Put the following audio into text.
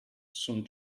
soon